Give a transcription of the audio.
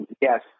yes